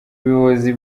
ubuyobozi